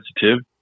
sensitive